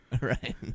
right